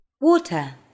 water